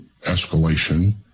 escalation